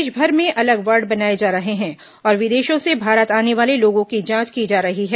देषभर में अलग वार्ड बनाए जा रहे हैं और विदेषों से भारत आने वाले लोगों की जांच की जा रही है